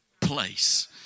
place